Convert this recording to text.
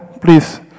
Please